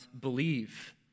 believe